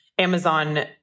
Amazon